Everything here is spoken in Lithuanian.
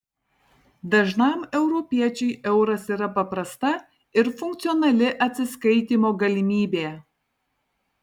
dažnam europiečiui euras yra paprasta ir funkcionali atsiskaitymo galimybė